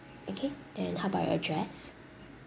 okay and how about your address